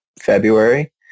February